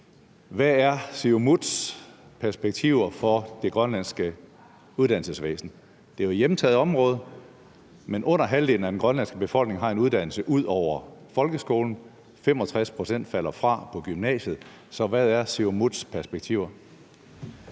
Hvad er Siumuts perspektiver for det grønlandske uddannelsesvæsen? Det er jo et hjemtaget område, men under halvdelen af den grønlandske befolkning har en uddannelse ud over folkeskolen. 65 pct. falder fra på gymnasiet. Så hvad er Siumuts perspektiver?